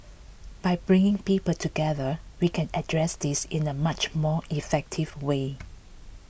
by bringing people together we can address this in a much more effective way